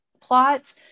plot